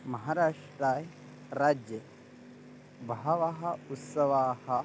महाराष्ट्रराज्ये बहवः उत्सवाः